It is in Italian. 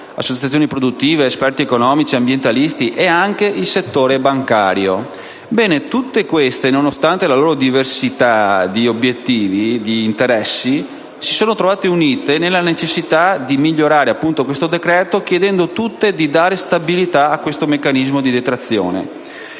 associazioni produttive, esperti economici, ambientalisti e anche il settore bancario. Ebbene, tutte queste associazioni, nonostante la loro diversità di obiettivi e di interessi, si sono trovate unite sulla necessità di migliorare il decreto in esame chiedendo di dare stabilità al meccanismo di detrazione